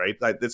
right